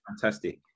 fantastic